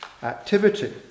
activity